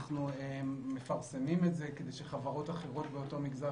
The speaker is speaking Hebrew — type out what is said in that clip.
אנחנו מפרסמים את זה כדי שחברות אחרות באותו מגזר